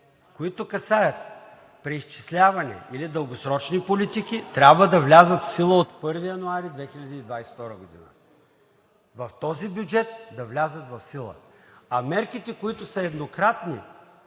които касаят преизчисляване или дългосрочни политики, трябва да влязат в сила от 1 януари 2022 г. В този бюджет да влязат в сила. А мерките, които са еднократни,